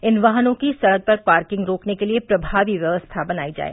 इन वाहनों की सड़क पर पार्किंग रोकने के लिए प्रभावी व्यवस्था बनायी जाय